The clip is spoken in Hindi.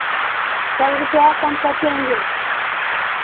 सौ रुपैया कम कटेंगे